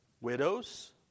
Widows